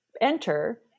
enter